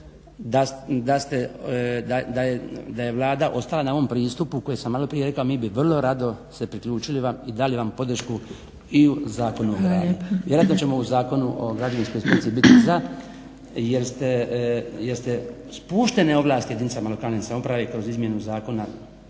da je Vlada ostala na ovom pristupu koji sam malo prije rekao mi bi vrlo rado se priključili vam i dali vam podršku i u Zakonu o gradnji. …/Upadica Zgrebec: Hvala lijepa./… Vjerojatno ćemo u Zakonu o građevinskoj inspekciji biti za, jer ste spuštene ovlasti jedinicama lokalne samouprave kroz izmjenu zakona